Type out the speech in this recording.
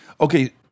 Okay